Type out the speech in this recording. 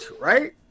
right